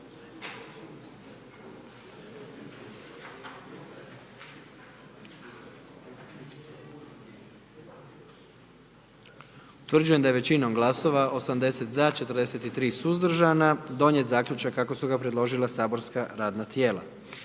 Utvrđujem da je većinom glasova 78 za i 1 suzdržan i 20 protiv donijet zaključak kako ga je predložilo matično saborsko radno tijelo.